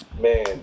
Man